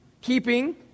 keeping